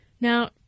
Now